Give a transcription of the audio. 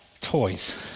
toys